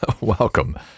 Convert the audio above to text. Welcome